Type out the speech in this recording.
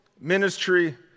ministry